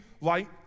light